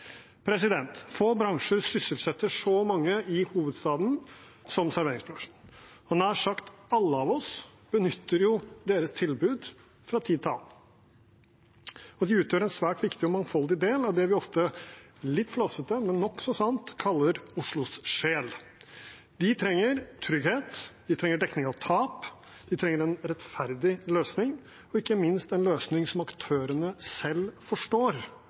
Få bransjer sysselsetter så mange i hovedstaden som serveringsbransjen, og nær sagt alle av oss benytter jo deres tilbud fra tid til annen. De utgjør en svært viktig og mangfoldig del av det vi ofte litt flåsete, men nokså sant kaller Oslos sjel. De trenger trygghet, de trenger dekning av tap, de trenger en rettferdig løsning og ikke minst en løsning som aktørene selv forstår